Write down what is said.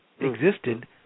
existed